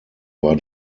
war